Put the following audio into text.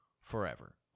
forever